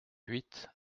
huit